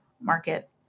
market